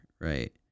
right